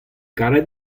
karet